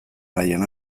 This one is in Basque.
nahian